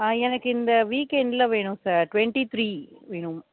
எனக்கு இந்த வீக் எண்டில் வேணும் சார் ட்வெண்ட்டி த்ரீ வேணும்